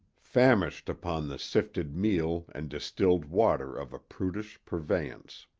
famished upon the sifted meal and distilled water of a prudish purveyance.